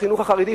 בחינוך החרדי,